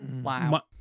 wow